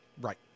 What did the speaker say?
Right